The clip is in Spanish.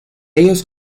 ellos